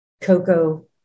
cocoa